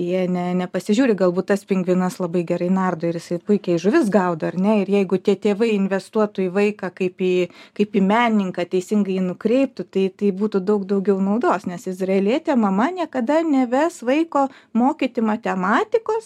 jie ne nepasižiūri galbūt tas pingvinas labai gerai nardo ir jisai puikiai žuvis gaudo ar ne ir jeigu tie tėvai investuotų į vaiką kaip į kaip į menininką teisingai jį nukreiptų tai tai būtų daug daugiau naudos nes izraelietė mama niekada neves vaiko mokyti matematikos